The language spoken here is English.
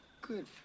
Good